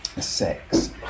sex